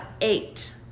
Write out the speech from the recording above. eight